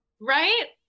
Right